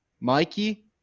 Mikey